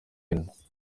inda